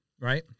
right